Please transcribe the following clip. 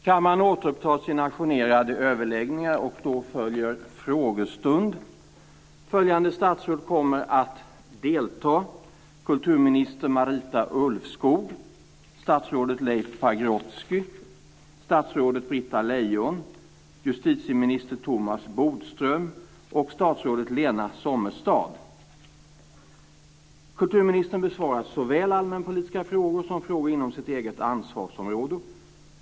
Kammaren återupptar sina ajournerade överläggningar. Nu följer frågestund. Följande statsråd kommer att delta: Kulturminister Kulturministern besvarar såväl allmänpolitiska frågor som frågor inom sitt eget ansvarsområde.